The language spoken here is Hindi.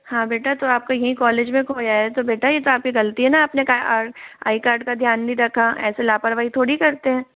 हाँ बेटा तो आपका यहीं कॉलेज में खोया है तो बेटा ये तो आपकी गलती है ना अपने का आई कार्ड का ध्यान नहीं रखा ऐसे लापरवाही थोड़ी करते हैं